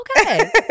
okay